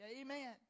Amen